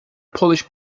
polish